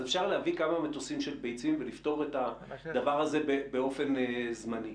אפשר להביא כמה מטוסים עם ביצים ולפתור את הדבר הזה באופן זמני?